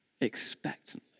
expectantly